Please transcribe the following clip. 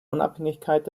unabhängigkeit